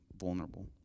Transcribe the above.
vulnerable